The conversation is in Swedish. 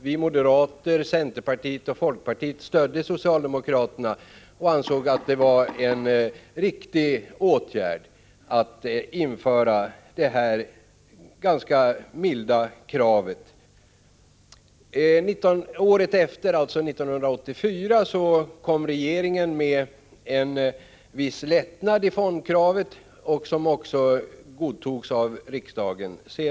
Vi moderater, centerpartiet och folkpartiet stödde socialdemokraterna och ansåg att det var en riktig åtgärd att införa detta ganska milda krav. Året efter, 1984, kom regeringen med förslag till en viss lättnad i fondkravet, som också godtogs av riksdagen.